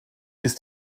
ist